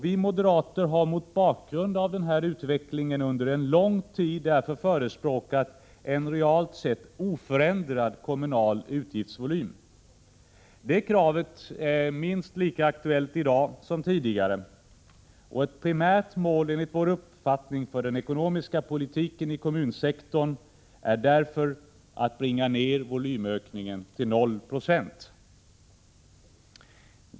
Vi moderater har mot bakgrund av den här utvecklingen under en lång tid förespråkat en realt sett oförändrad kommunal utgiftsvolym. Det kravet är minst lika aktuellt i dag som tidigare. Ett primärt mål för den ekonomiska politiken i kommunsektorn är därför att bringa ned volymökningen till noll procent.